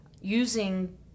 using